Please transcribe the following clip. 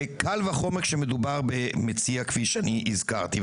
וקל וחומר, כשמדובר במציע כפי שאני הזכרתי.